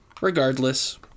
Regardless